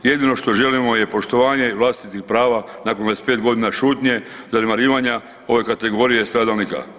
Jedino što želimo je poštovanje vlastitih prava nakon 25 godina šutnje, zanemarivanja ove kategorije stradalnika.